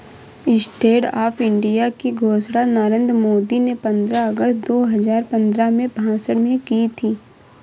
stand up India की घोषणा नरेंद्र मोदी ने पंद्रह अगस्त दो हजार पंद्रह में भाषण में की थी